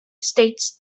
states